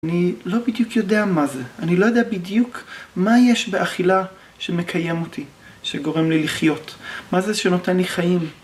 אני לא בדיוק יודע מה זה. אני לא יודע בדיוק מה יש באכילה שמקיים אותי, שגורם לי לחיות. מה זה שנותן לי חיים?